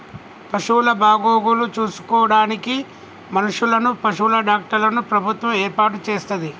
పశువుల బాగోగులు చూసుకోడానికి మనుషులను, పశువుల డాక్టర్లను ప్రభుత్వం ఏర్పాటు చేస్తది